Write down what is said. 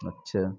اچھا